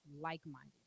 like-minded